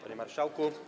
Panie Marszałku!